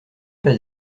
pas